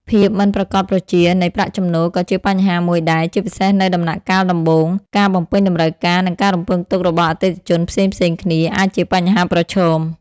ភាពមិនប្រាកដប្រជា នៃប្រាក់ចំណូលក៏ជាបញ្ហាមួយដែរ ជាពិសេសនៅដំណាក់កាលដំបូង។ ការ បំពេញតម្រូវការ និងការរំពឹងទុករបស់អតិថិជនផ្សេងៗគ្នា អាចជាបញ្ហាប្រឈម។